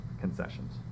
concessions